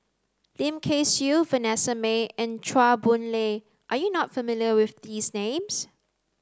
Lim Kay Siu Vanessa Mae and Chua Boon Lay are you not familiar with these names